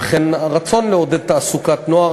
וכן הרצון לעודד תעסוקת נוער.